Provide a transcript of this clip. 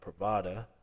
Pravada